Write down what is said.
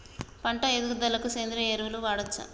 పంట ఎదుగుదలకి సేంద్రీయ ఎరువులు వాడచ్చా?